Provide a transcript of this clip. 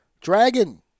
Dragon